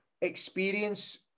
experience